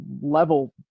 level